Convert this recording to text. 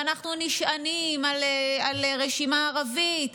שאנחנו נשענים על רשימה ערבית,